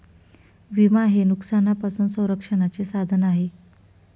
विमा हे नुकसानापासून संरक्षणाचे साधन आहे